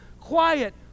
quiet